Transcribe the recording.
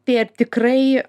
tai ar tikrai